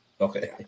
Okay